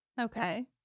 Okay